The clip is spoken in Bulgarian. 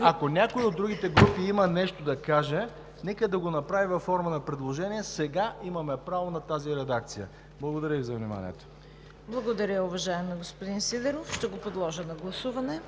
Ако някой от другите групи има нещо да каже, нека да го направи във форма на предложение. Сега имаме право на тази редакция. Благодаря Ви за вниманието. ПРЕДСЕДАТЕЛ ЦВЕТА КАРАЯНЧЕВА: Благодаря, уважаеми господин Сидеров. Ще го подложа на гласуване.